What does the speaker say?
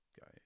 guy